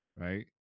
right